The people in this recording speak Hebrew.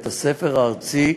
בית-הספר הארצי,